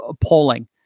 polling